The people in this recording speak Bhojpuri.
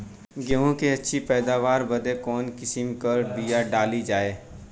गेहूँ क अच्छी पैदावार बदे कवन किसीम क बिया डाली जाये?